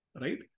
right